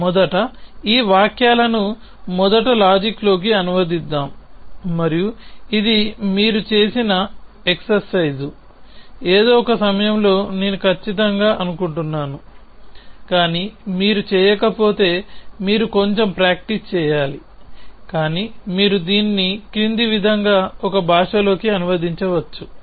మొదట ఈ వాక్యాలను మొదటి లాజిక్లోకి అనువదిద్దాం మరియు ఇది మీరు చేసిన ఎక్సర్సైజు ఏదో ఒక సమయంలో నేను ఖచ్చితంగా అనుకుంటున్నాను కానీ మీరు చేయకపోతే మీరు కొంచెం ప్రాక్టీస్ చేయాలి కానీ మీరు దీన్ని క్రింది విధంగా ఒక భాషలోకి అనువదించవచ్చు